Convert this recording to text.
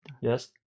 Yes